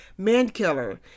Mankiller